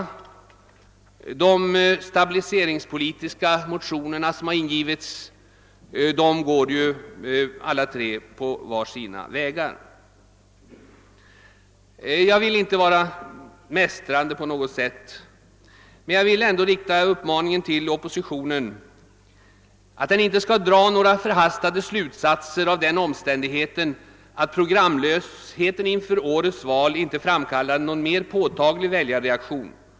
I de stabiliseringspolitiska motioner som ingivits går alla tre partierna var sin väg. Jag vill inte på något sätt vara mästrande, men jag vill ändå rikta den uppmaningen till oppositionen, att den inte skall dra några förhastade slutsatser av den omständigheten att programlösheten inför årets val inte framkallade någon mer påtaglig väljarreaktion.